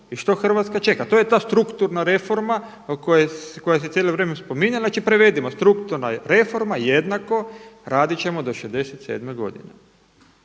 I što Hrvatska čeka? To je ta strukturna reforma koja se cijelo vrijeme spominje, znači prevedimo strukturna reforma jednako radit ćemo do 67. godine.